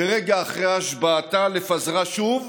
ורגע אחרי השבעתה, לפזרה שוב